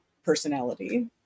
personality